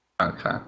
Okay